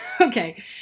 okay